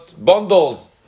bundles